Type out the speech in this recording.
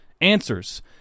answers